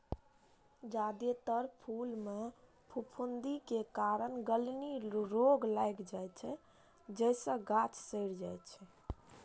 जादेतर फूल मे फफूंदी के कारण गलनी रोग लागि जाइ छै, जइसे गाछ सड़ि जाइ छै